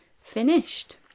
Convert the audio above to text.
finished